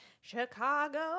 Chicago